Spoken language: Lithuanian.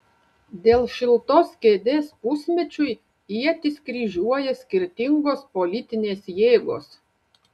dėl šiltos kėdės pusmečiui ietis kryžiuoja skirtingos politinės jėgos